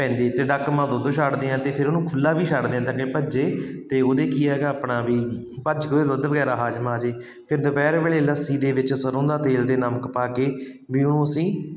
ਪੈਂਦੇ ਅਤੇ ਡੱਕਵਾਂ ਦੁੱਧ ਛੱਡਦੇ ਆ ਅਤੇ ਫਿਰ ਉਹਨੂੰ ਖੁੱਲ੍ਹਾ ਵੀ ਛੱਡਦੇ ਆ ਤਾਂ ਕਿ ਭੱਜੇ ਅਤੇ ਉਹਦੇ ਕੀ ਹੈਗਾ ਆਪਣਾ ਵੀ ਭੱਜ ਕੇ ਉਹਦੇ ਦੁੱਧ ਵਗੈਰਾ ਹਜਮ ਆਜੇ ਫਿਰ ਦੁਪਹਿਰ ਵੇਲੇ ਲੱਸੀ ਦੇ ਵਿੱਚ ਸਰ੍ਹੋਂ ਦਾ ਤੇਲ ਅਤੇ ਨਮਕ ਪਾ ਕੇ ਵੀ ਉਹਨੂੰ ਅਸੀਂ